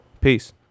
Peace